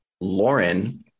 Lauren